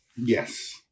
Yes